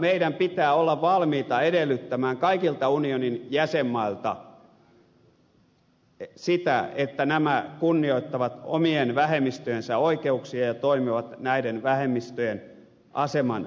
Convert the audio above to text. meidän pitää olla valmiita edellyttämään kaikilta unionin jäsenmailta sitä että nämä kunnioittavat omien vähemmistöjensä oikeuksia ja toimivat näiden vähemmistöjen aseman parantamiseksi